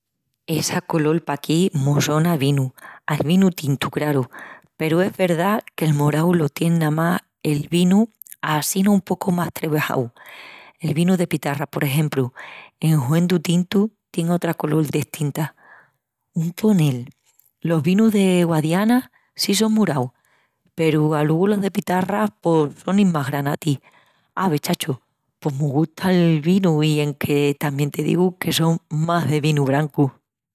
Essa colol paquí mos sona a vinu, al vinu tintu, craru, Peru es verdá que'l morau lo tien namás el vinu assina un pocu más trebajau, El vinu de pitarra, por exempru, en huendu tintu, tien otra colol destinta. Un ponel, los vinus de Guadiana, si son moraus. Peru alogu los de pitarra pos sonin más granati. Ave, chacho, pos mos gusta'l vinu i enque tamien te digu que só más de vinu brancu.